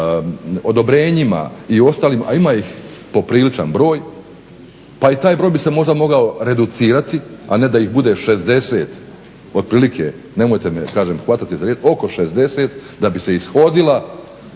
odobrenjima i ostalima, a ima ih popriličan broj. Pa i taj broj bi se možda mogao reducirati a ne da ih bude 60 otprilike, nemojte me hvatati za riječ oko 60 da bi se ishodili